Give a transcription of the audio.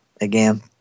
again